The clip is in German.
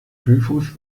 typhus